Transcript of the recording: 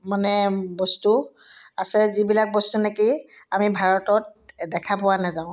মানে বস্তু আছে যিবিলাক বস্তু নেকি আমি ভাৰতত দেখা পোৱা নাযাওঁ